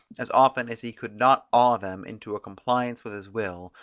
as often as he could not awe them into a compliance with his will,